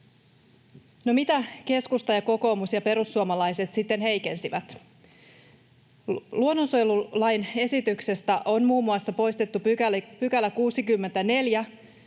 mitä keskusta ja kokoomus ja perussuomalaiset sitten heikensivät? Luonnonsuojelulain esityksestä on muun muassa poistettu 64